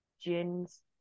gins